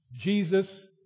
Jesus